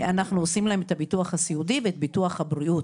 אנחנו עושים לו את הביטוח הסיעודי ואת ביטוח הבריאות.